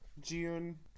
June